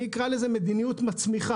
אני אקרא לזה 'מדיניות מצמיחה',